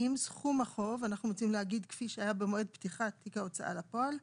אם סכום החוב כפי שהיה במועד פתיחת תיק ההוצאה לפועל,